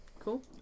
Cool